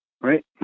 right